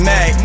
Mac